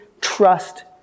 trust